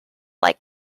like